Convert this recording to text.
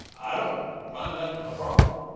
i don't find that a problem